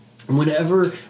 whenever